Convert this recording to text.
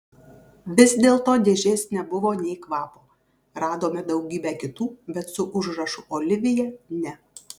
vis dėlto dėžės nebuvo nė kvapo radome daugybę kitų bet su užrašu olivija ne